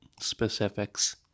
specifics